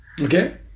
Okay